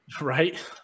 Right